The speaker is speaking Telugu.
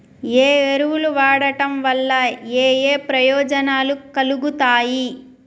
ఏ ఎరువులు వాడటం వల్ల ఏయే ప్రయోజనాలు కలుగుతయి?